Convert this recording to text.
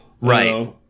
Right